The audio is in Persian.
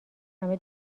همه